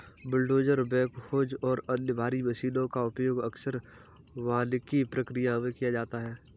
bulldozer backhoes और अन्य भारी मशीनों का उपयोग अक्सर वानिकी प्रक्रिया में किया जाता है